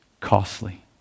costly